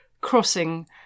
crossing